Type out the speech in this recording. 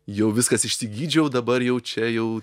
jau viskas išsigydžiau dabar jau čia jau